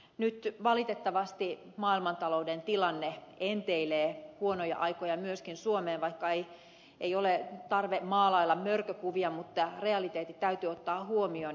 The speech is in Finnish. nyt valitettavasti maailmantalouden tilanne enteilee huonoja aikoja myöskin suomeen vaikka ei ole tarve maalailla mörkökuvia mutta realiteetit täytyy ottaa huomioon